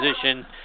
position